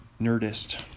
Nerdist